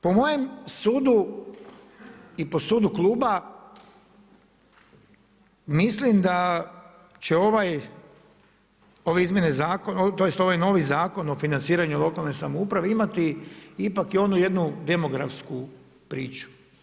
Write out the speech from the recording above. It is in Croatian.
Po mojem sudu i po sudu kluba mislim da će ove izmjene zakona, tj. ovaj novi Zakon o financiranju lokalne samouprave imati ipak i onu jednu demografsku priču.